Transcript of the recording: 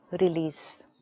Release